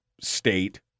state